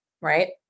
Right